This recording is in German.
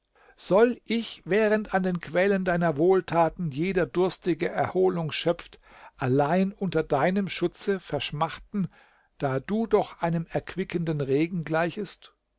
soll ich während an den quellen deiner wohltaten jeder durstige erholung schöpft allein unter deinem schutze verschmachten da du doch einem erquickenden regen gleichest